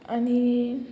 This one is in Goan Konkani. आनी